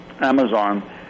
Amazon